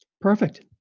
Perfect